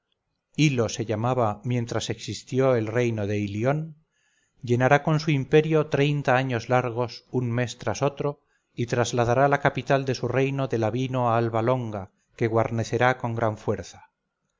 y el niño ascanio que ahora lleva el sobrenombre de iulo ilo se llamaba mientras existió el reino de ilión llenará con su imperio treinta años largos un mes tras otro y trasladará la capital de su reino de lavino a alba longa que guarnecerá con gran fuerza